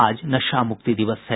आज नशा मुक्ति दिवस है